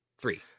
Three